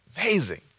amazing